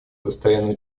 постоянное